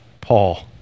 Paul